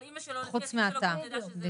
אבל אמא שלו תדע שזה הוא.